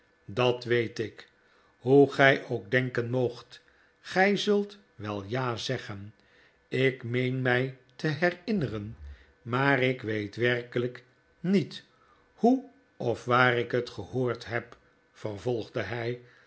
dat weet ik hoe gij ook denken moogt gij zult wel j a zeggen ik meen mij te herinneren maar ik weet werkelijk niet hoe of waar ik het gehoord heb vervolgde hij